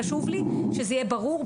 חשוב לי שזה יהיה ברור,